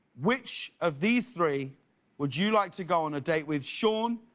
which of these three would you like to go on a date with? sean,